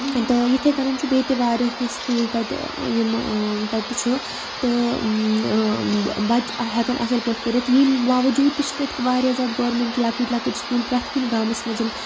تہٕ یِتھٕے کٔنَن چھُ بیٚیہِ تہِ واریاہ کینٛہہ سکوٗل تَتہِ یِمہٕ تَتہِ چھُ تہٕ بَچہِ ہٮ۪کَن اَصٕل پٲٹھۍ پٔرِتھ ییٚمہِ باوجوٗد تہِ چھِ تَتہِ واریاہ زیادٕ گورمینٹ لۄکٕٹۍ لۄکٕٹۍ سکوٗل پرٮ۪تھ کُنہِ گامَس منٛز